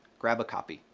grab a copy.